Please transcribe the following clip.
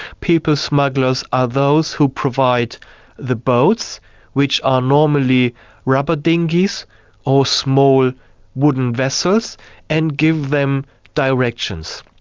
people smugglers are those who provide the boats which are normally rubber dinghies or small wooden vessels and give them directions.